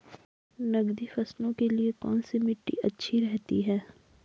नकदी फसलों के लिए कौन सी मिट्टी अच्छी रहती है?